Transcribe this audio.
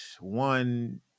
one